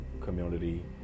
community